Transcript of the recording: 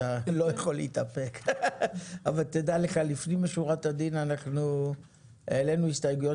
אתה לא יכול להתאפק אבל תדע לך שלפנים משורת הדין אנחנו העלינו הסתייגויות